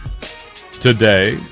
Today